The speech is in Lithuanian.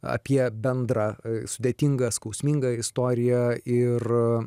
apie bendrą sudėtingą skausmingą istoriją ir